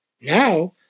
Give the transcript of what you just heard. Now